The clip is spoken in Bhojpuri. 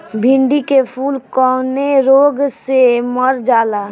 भिन्डी के फूल कौने रोग से मर जाला?